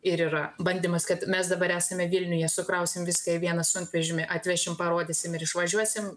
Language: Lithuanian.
ir yra bandymas kad mes dabar esame vilniuje sukrausim viską į vieną sunkvežimį atvešim parodysim ir išvažiuosim